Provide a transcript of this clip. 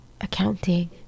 accounting